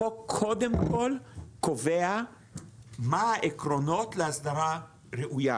החוק קודם כל קובע מה העקרונות לאסדרה ראויה.